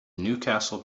newcastle